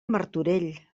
martorell